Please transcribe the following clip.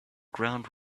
ground